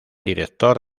director